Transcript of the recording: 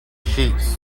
sheets